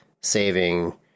saving